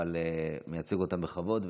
ומייצג אותם בכבוד.